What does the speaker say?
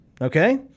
Okay